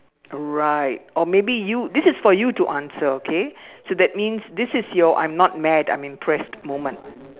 right or maybe you this is for you to answer okay so that means this is your I'm not mad I am impressed moment